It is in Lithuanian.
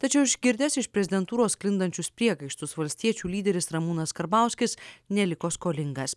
tačiau išgirdęs iš prezidentūros sklindančius priekaištus valstiečių lyderis ramūnas karbauskis neliko skolingas